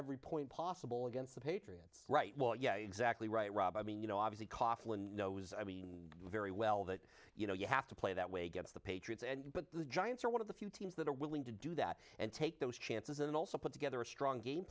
every point possible against the patriots right well yeah exactly right rob i mean you know i was a coffee knows i mean very well that you know you have to play that way against the patriots and but the giants are one of the few teams that are willing to do that and take those chances and also put together a strong game